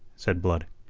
said blood.